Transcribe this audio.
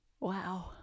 Wow